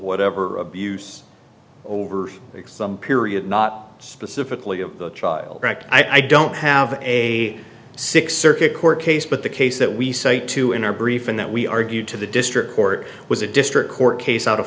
whatever abuse over exam period not specifically of the child i don't have a six circuit court case but the case that we cite to in our briefing that we argued to the district court was a district court case out of